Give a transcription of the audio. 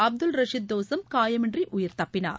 அப்துல் ரஷீத் தோஸ்தம் காயமின்றி உயிர்த்தப்பினார்